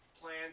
plan